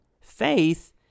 Faith